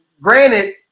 Granted